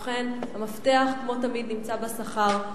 ובכן, המפתח כמו תמיד נמצא בשכר,